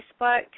Facebook